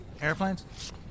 airplanes